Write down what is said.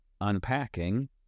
unpacking